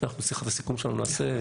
אנחנו את שיחת הסיכום שלנו נעשה,